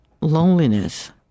loneliness